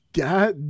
god